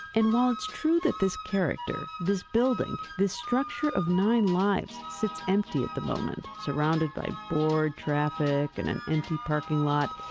and while it's true that this character, this building, this structure of nine lives sits empty at the moment, surrounded by bored traffic and an empty parking lot,